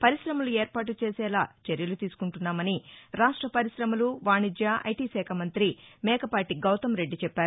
పర్కాశమలు ఏర్పాటు చేసేలా చర్యలు తీసుకుంటున్నామని రాష్ట పర్కాశమలు వాణిజ్య ఐటీ శాఖ మంతి మేకపాటి గౌతమ్ రెడ్డి చెప్పారు